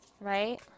right